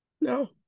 no